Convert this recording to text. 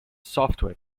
software